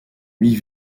huit